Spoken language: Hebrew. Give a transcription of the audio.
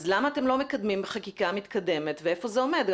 למה אתם לא מקדמים חקיקה מתקדמת ואיפה זה עומד?